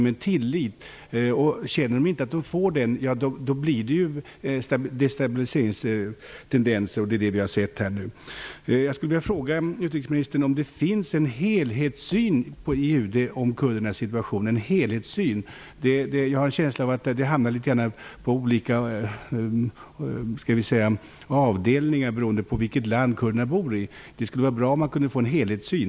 Om kurderna känner att de inte får detta förtroende och denna tillit uppstår det destabiliseringstendenser, vilket vi nu har kunnat se. Jag vill fråga utrikesministern om det i UD finns en helhetssyn på kurdernas situation. Jag har en känsla av att frågan har hamnat på litet olika avdelningar beroende på vilket land kurderna bor i. Det vore bra om man hade en helhetssyn.